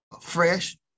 fresh